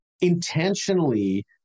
intentionally